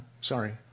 Sorry